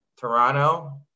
Toronto